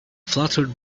fluttered